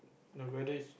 the weather is